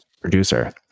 producer